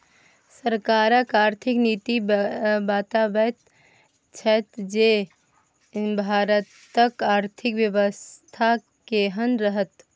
सरकारक आर्थिक नीति बताबैत छै जे भारतक आर्थिक बेबस्था केहन रहत